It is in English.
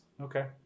Okay